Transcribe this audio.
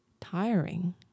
tiring